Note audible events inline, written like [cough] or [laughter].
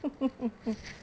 [laughs]